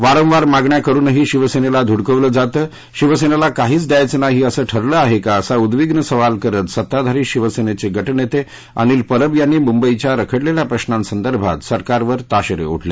वारंवार मागण्या करूनही शिवसेनेला धुडकवलं जातं शिवसेनेला काहीच द्यायचं नाही असं ठरलं आहे का असा उद्विग्न सवाल करत सत्ताधारी शिवसेनेचे गटनेते अनिल परब यांनी मुंबईच्या रखडलेल्या प्रश्रांसंदर्भात सरकारवर ताशेरे ओढले